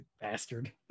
Bastard